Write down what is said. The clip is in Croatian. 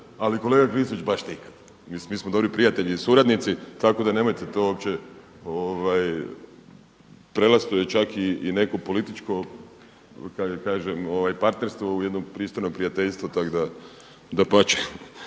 ali kolega Klisovć baš nikad. Mi smo dobri prijatelji i suradnici tako da nemojte to uopće preraslo je čak u neko političko partnerstvo u jedno pristojno prijateljstvo tak da dapače.